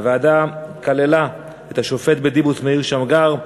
הוועדה כללה את השופט בדימוס מאיר שמגר,